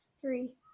three